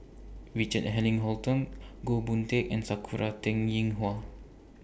Richard Eric Holttum Goh Boon Teck and Sakura Teng Ying Hua